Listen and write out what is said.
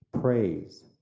praise